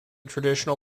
traditional